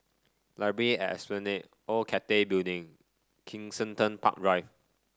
Library at Esplanade Old Cathay Building Kensington Park Drive